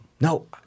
No